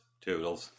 toodles